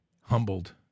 humbled